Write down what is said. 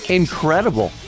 incredible